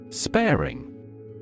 Sparing